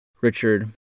Richard